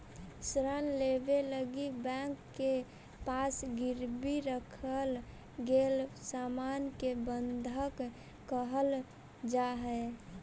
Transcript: ऋण लेवे लगी बैंक के पास गिरवी रखल गेल सामान के बंधक कहल जाऽ हई